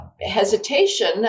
hesitation